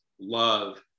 love